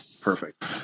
perfect